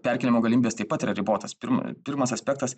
perkėlimo galimybės taip pat yra ribotas pirma pirmas aspektas